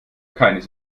keines